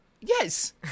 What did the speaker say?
Yes